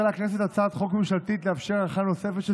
חבר הכנסת אוסאמה, בבקשה.